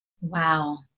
Wow